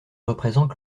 représente